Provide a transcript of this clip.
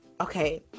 okay